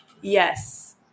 Yes